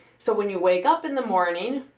so when you wake up in the morning,